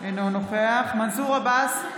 אינו נוכח מנסור עבאס,